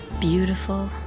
beautiful